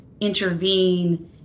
intervene